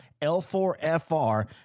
L4FR